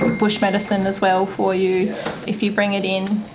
bush medicine as well for you if you bring it in.